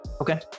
Okay